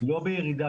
לא בירידה,